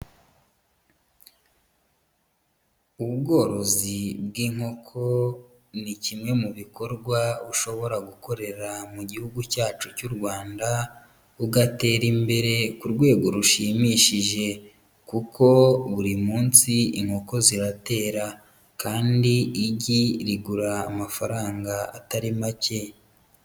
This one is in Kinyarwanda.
Ubworozi bw'inkoko ni kimwe mu bikorwa ushobora gukorera mu gihugu cyacu cy'u Rwanda ugatera imbere ku rwego rushimishije kuko buri munsi inkoko ziratera kandi igi rigura amafaranga atari make.